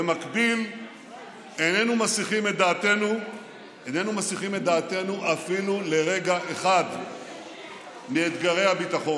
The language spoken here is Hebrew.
במקביל איננו מסיחים את דעתנו אפילו לרגע אחד מאתגרי הביטחון.